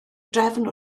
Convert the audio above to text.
drefn